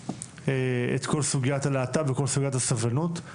את כל סוגיית הלהט"ב וכל סוגיית הסובלנות.